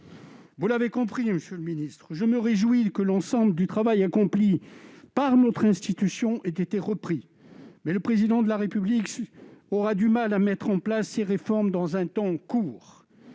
Vous l'aurez compris, monsieur le Premier ministre : je me réjouis que l'ensemble du travail accompli par notre institution ait été repris. Mais le Président de la République aura du mal à mettre en place ces réformes dans un temps court.